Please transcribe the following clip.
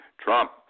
Trump